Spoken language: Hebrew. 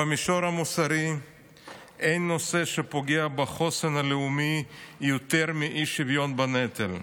במישור המוסרי אין נושא שפוגע בחוסן הלאומי יותר מאי-שוויון בנטל,